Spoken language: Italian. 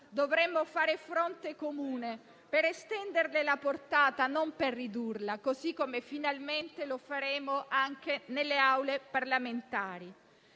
Dovremmo fare fronte comune per estenderne la portata, non per ridurla, così come finalmente lo faremo anche nelle Aule parlamentari.